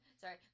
sorry